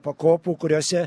pakopų kuriose